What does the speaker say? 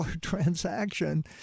transaction